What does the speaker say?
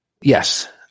Yes